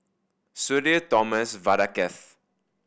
Sudhir Thomas Vadaketh